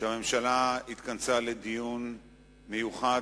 שהממשלה התכנסה לדיון מיוחד,